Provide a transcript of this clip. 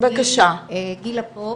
גילה בופ,